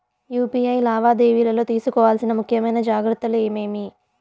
UPI లావాదేవీలలో తీసుకోవాల్సిన ముఖ్యమైన జాగ్రత్తలు ఏమేమీ?